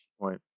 Right